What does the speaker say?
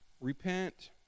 Repent